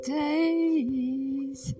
days